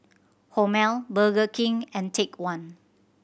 Hormel Burger King and Take One